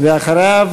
אחריו,